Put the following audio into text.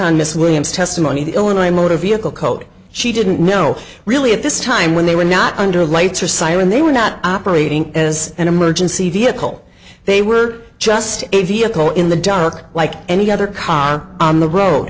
miss williams testimony the illinois motor vehicle code she didn't know really at this time when they were not under lights or siren they were not operating as an emergency vehicle they were just a vehicle in the dark like any other car on the road